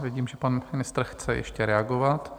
Vidím, že pan ministr chce ještě reagovat.